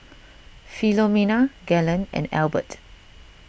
Philomena Galen and Albert